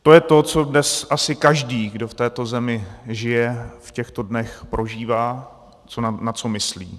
To je to, co dnes asi každý, kdo v této zemi žije, v těchto dnech prožívá, na co myslí.